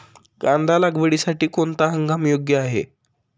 कांदा लागवडीसाठी कोणता हंगाम योग्य आहे?